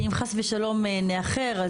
שאם חס ושלום נאחר,